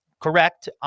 Correct